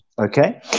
Okay